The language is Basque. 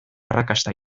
arrakasta